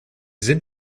sind